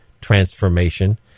transformation